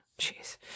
jeez